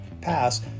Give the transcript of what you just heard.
pass